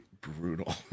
brutal